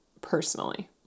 personally